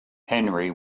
henry